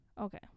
Okay